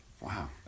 wow